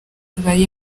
ibaye